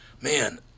man